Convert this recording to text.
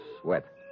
sweat